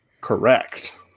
Correct